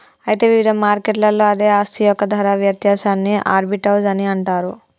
అయితే వివిధ మార్కెట్లలో అదే ఆస్తి యొక్క ధర వ్యత్యాసాన్ని ఆర్బిటౌజ్ అని అంటారు